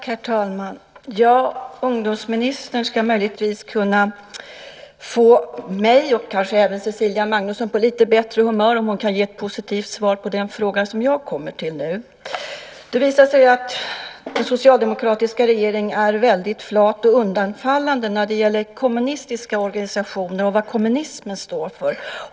Herr talman! Ja, ungdomsministern ska möjligtvis kunna få mig och kanske även Cecilia Magnusson på lite bättre humör, om hon kan ge ett positivt svar på den fråga som jag nu kommer till. Det visar sig ju att den socialdemokratiska regeringen är väldigt flat och undfallande när det gäller kommunistiska organisationer och vad kommunismen står för.